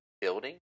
building